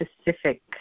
specific